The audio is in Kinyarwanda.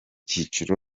cyiciro